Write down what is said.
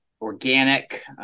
organic